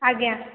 ଆଜ୍ଞା